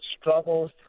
struggles